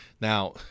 Now